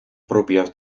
propias